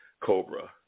Cobra